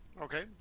Okay